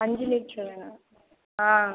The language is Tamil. அஞ்சு லிட்டரா ஆ